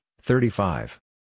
thirty-five